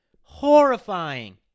Horrifying